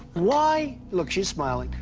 why look, she's smiling.